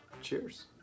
Cheers